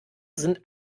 sind